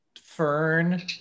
fern